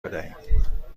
بدهیم